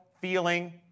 feeling